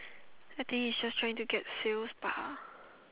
I think it's just trying to get sales bah